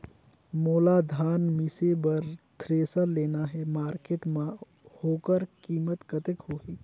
मोला धान मिसे बर थ्रेसर लेना हे मार्केट मां होकर कीमत कतेक होही?